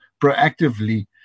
proactively